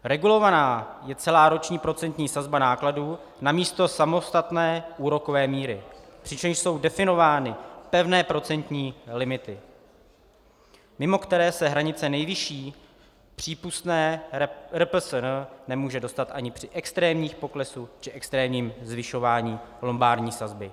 Regulovaná je celá roční procentní sazba nákladů namísto samostatné úrokové míry, přičemž jsou definovány pevné procentní limity, mimo které se hranice nejvyšší přípustné RPSN nemůže dostat ani při extrémním poklesu či extrémním zvyšování lombardní sazby.